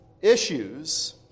issues